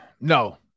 no